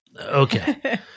Okay